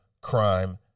crime